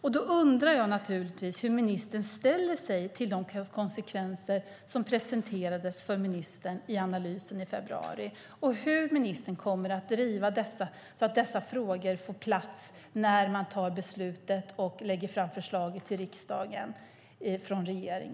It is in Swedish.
Därför undrar jag naturligtvis hur ministern ställer sig till de konsekvenser som presenterades för ministern i analysen i februari och hur ministern kommer att driva att dessa frågor får plats när regeringen lägger fram förslaget för riksdagen.